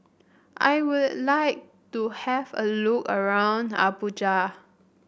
I would like to have a look around Abuja